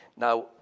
Now